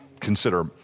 consider